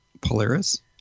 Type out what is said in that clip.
Polaris